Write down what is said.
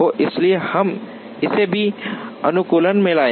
इसलिए हम इसे भी अनुकूलन में लाएंगे